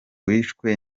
wishwe